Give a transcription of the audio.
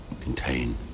contain